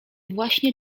właśnie